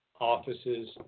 offices